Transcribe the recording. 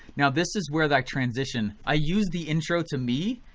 now this is where that transition, i use the intro to me,